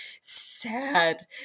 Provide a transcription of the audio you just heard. sad